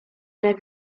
jak